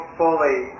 fully